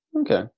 okay